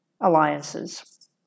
alliances